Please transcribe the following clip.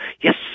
yes